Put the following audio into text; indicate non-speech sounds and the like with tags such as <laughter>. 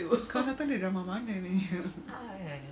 kau datang dari drama mana ni <laughs>